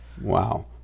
Wow